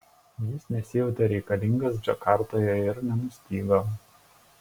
jis nesijautė reikalingas džakartoje ir nenustygo